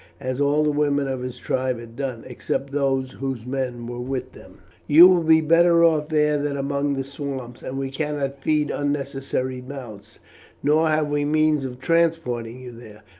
as all the women of his tribe had done, except those whose men were with them. you will be better off there than among the swamps, and we cannot feed unnecessary mouths nor have we means of transporting you there.